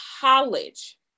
college